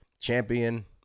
champion